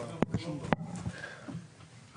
אתה אומר שזה לא מוסדר, הוא אומר לך -- מי זה?